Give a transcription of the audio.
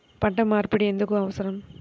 పంట మార్పిడి ఎందుకు అవసరం?